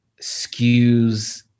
skews